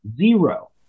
Zero